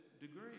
degree